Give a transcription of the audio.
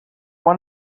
won